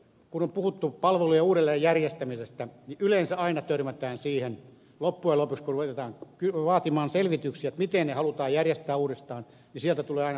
kun on puhuttu palveluiden uudelleenjärjestämisestä niin yleensä aina törmätään siihen että loppujen lopuksi kun ruvetaan vaatimaan selvityksiä miten ne halutaan järjestää uudestaan sieltä tulee aina vastaan yksityistäminen